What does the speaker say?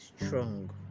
strong